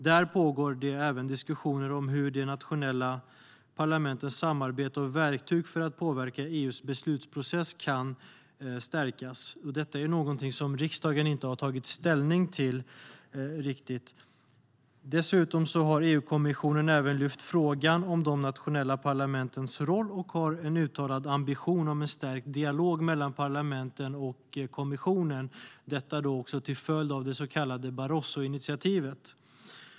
Där pågår även diskussioner om hur de nationella parlamentens samarbete och verktyg för att påverka EU:s beslutsprocess kan stärkas, något som riksdagen inte riktigt har tagit ställning till. EU-kommissionen har dessutom lyft upp frågan om de nationella parlamentens roll och har en uttalad ambition om en stärkt dialog mellan parlamenten och kommissionen, som en följd av det så kallade Barrosoinitiativet.